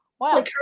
Wow